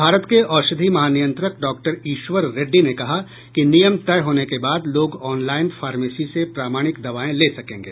भारत के औषधि महानियंत्रक डॉ ईश्वर रेड्डी ने कहा कि नियम तय होने के बाद लोग ऑनलाईन फार्मेसी से प्रामाणिक दवाएं ले सकेंगे